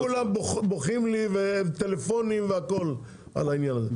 כולם בוכים לי, וטלפונים, והכול על העניין הזה.